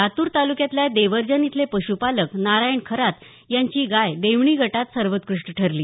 लातूर तालुक्यातल्या देवर्जन इथले पशूपालक नारायण खरात यांची गाय देवणी गटात सर्वोत्कधष्टळ ठरली